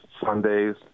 Sundays